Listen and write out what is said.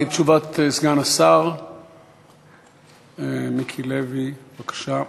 תשובת סגן השר מיקי לוי, בבקשה.